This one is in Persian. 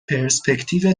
پرسپکتیو